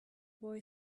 boy